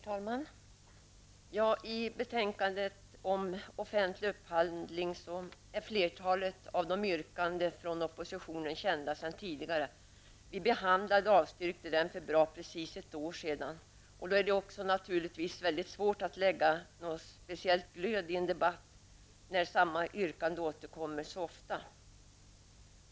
Herr talman! I detta betänkande om offentlig upphandling är flertalet av yrkandena från oppositionen kända sedan tidigare. Vi behandlade och avslog dem för precis ett år sedan. Det är naturligtvis svårt att lägga någon speciell glöd i en debatt när samma yrkanden återkommer så ofta.